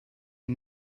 you